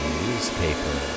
newspaper